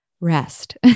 rest